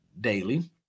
daily